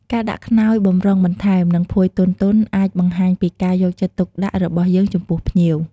ការដាក់ខ្នើយបម្រុងបន្ថែម និងភួយទន់ៗ អាចបង្ហាញពីការយកចិត្តទុកដាក់របស់យើងចំពោះភ្ញៀវ។